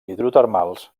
hidrotermals